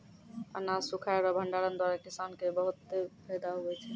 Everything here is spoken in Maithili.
अनाज सुखाय रो भंडारण द्वारा किसान के बहुत फैदा हुवै छै